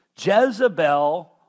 Jezebel